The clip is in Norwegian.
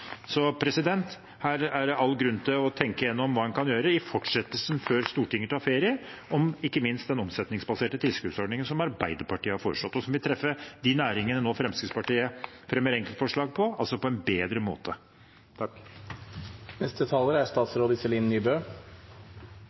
Så her er det all grunn til å tenke gjennom hva man kan gjøre i fortsettelsen, før Stortinget tar ferie, ikke minst når det gjelder den omsetningsbaserte tilskuddsordningen som Arbeiderpartiet har foreslått, og som vil treffe de næringene som Fremskrittspartiet nå fremmer enkeltforslag om, på en bedre måte. Jeg har veldig stor forståelse for at mange bedrifter og arbeidstakere er